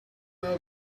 out